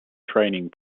training